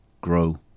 grow